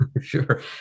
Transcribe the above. Sure